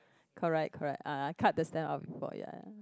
correct correct ah cut the stamp out for ya ya